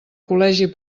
col·legi